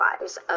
lives